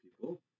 people